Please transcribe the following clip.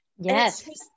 Yes